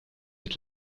êtes